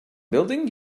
building